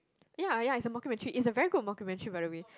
ya ya it's a mockumentary it's a very good mockumentary by the way